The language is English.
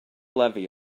levy